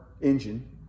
engine